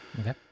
Okay